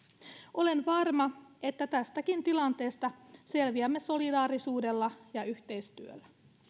olen varma että tästäkin tilanteesta selviämme solidaarisuudella ja yhteistyöllä